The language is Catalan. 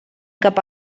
cap